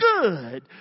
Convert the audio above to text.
good